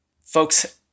folks